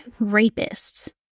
Rapists